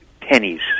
pennies